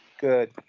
good